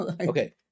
Okay